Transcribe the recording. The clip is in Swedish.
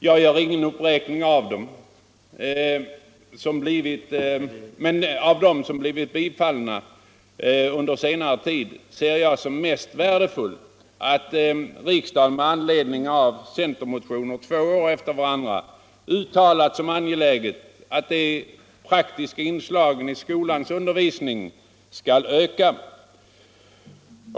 Jag gör ingen uppräkning, men av de förslag som blivit bifallna under senare tid ser jag det som mest värdefullt att riksdagen, med anledning av centermotioner, två år efter varandra uttalat som angeläget att de praktiska inslagen i skolans undervisning ökar.